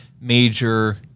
major